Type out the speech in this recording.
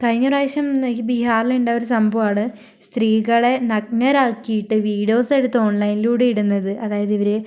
കഴിഞ്ഞ പ്രാവശ്യം ബീഹാറിൽ ഉണ്ടായ ഒരു സംഭവാണ് സ്ത്രീകളെ നഗ്നരാക്കിയിട്ട് വീഡിയോസ് എടുത്ത് ഓൺലൈനിലൂടെ ഇടുന്നത് അതായത് ഇവര്